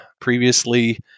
previously